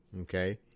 Okay